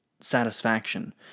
satisfaction